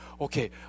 Okay